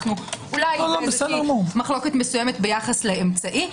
אולי יש מחלוקת מסוימת ביחס לאמצעי.